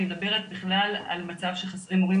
אני מדברת על מצב שחסרים מורים,